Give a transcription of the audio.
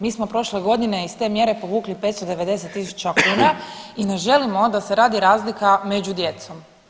Mi smo prošle godine iz te mjere povukli 590.000 kuna i ne želimo onda da se radi razlika među djecom.